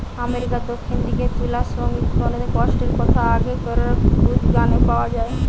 আমেরিকার দক্ষিণ দিকের তুলা শ্রমিকমনকের কষ্টর কথা আগেকিরার ব্লুজ গানে পাওয়া যায়